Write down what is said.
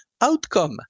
outcome